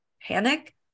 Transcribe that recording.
panic